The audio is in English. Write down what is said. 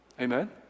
Amen